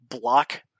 block